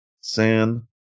San